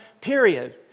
period